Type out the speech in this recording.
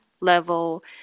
level